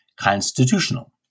constitutional